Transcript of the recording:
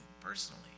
personally